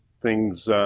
things